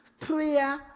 Prayer